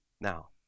Now